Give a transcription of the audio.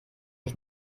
ich